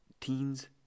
teens